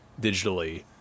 digitally